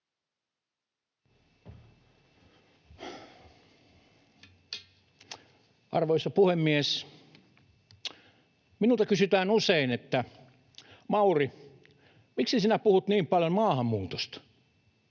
Arvoisa puhemies! Minulta kysytään usein, että Mauri, miksi sinä puhut niin paljon maahanmuutosta.